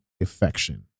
affection